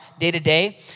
day-to-day